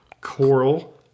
Coral